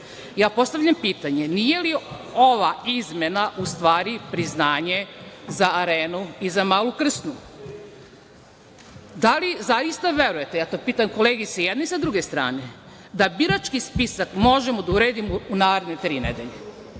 izbora. Postavljam pitanje - nije li ova izmena u stvari priznanje za Arenu i za Malu Krsnu? Da li zaista verujete, ja to pitam kolege i sa jedne i sa druge strane, da birački spisak možemo da uredimo u naredne tri nedelje?